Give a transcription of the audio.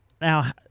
Now